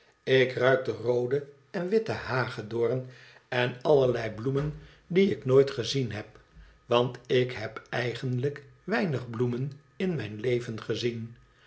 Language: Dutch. ik ruik den rooden en witten hagedoom en allerlei bloemen die ik nooit gezien heb want ik heb eigenlijk weinig bloemen in mijn leven gezien